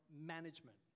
management